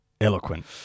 eloquent